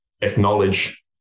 acknowledge